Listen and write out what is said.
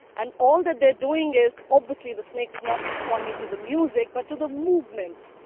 and all that they're doing is. obviously the snake is not responding to the music but to the movement.